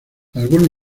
algunos